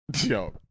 Yo